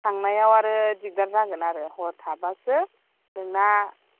थांनायाव आरो दिगदार जागोन आरो हर थाबासो नोंना